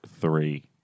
three